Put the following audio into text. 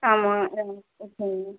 ஆமாம்